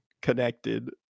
connected